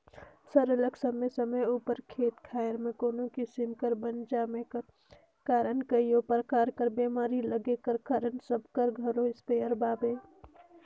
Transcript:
सरलग समे समे उपर खेत खाएर में कोनो किसिम कर बन जामे कर कारन कइयो परकार कर बेमारी लगे कर कारन सब कर घरे इस्पेयर पाबे